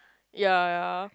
ya ya